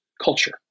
culture